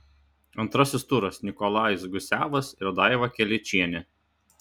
antrasis turas nikolajus gusevas ir daiva kelečienė